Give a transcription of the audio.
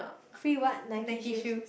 free what Nike shoes